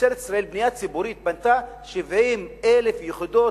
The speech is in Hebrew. ממשלת ישראל, בבנייה ציבורית בנתה 70,000 יחידות